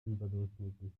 überdurchschnittlich